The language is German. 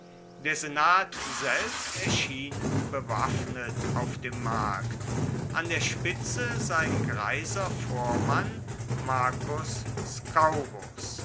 der senat selbst erschien bewaffnet auf dem markt an der spitze sein greiser vormann marcus